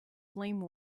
flame